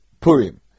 Purim